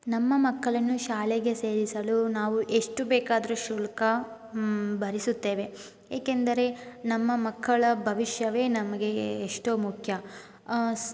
ನಮ್ಮ ಮಕ್ಕಳನ್ನು ಶಾಲೆಗೆ ಸೇರಿಸಲು ನಾವು ಎಷ್ಟು ಬೇಕಾದ್ರೂ ಶುಲ್ಕ ಭರಿಸುತ್ತೇವೆ ಏಕೆಂದರೆ ನಮ್ಮ ಮಕ್ಕಳ ಭವಿಷ್ಯವೇ ನಮಗೆ ಎಷ್ಟೋ ಮುಖ್ಯ ಸ್